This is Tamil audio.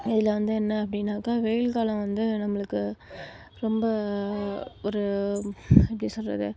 இதில் வந்து என்ன அப்படின்னாக்கா வெயில் காலம் வந்து நம்மளுக்கு ரொம்ப ஒரு எப்படி சொல்வது